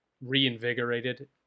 reinvigorated